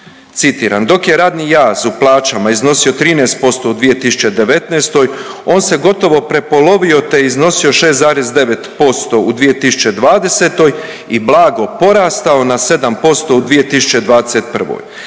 citiram dok je radni jaz u plaćama iznosio 13% u 2019. on se gotovo prepolovio te iznosio 6,9% u 2020. i blago porastao na 7% u 2021.